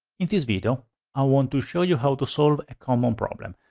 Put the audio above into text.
in this video i want to show you how to solve a common problem.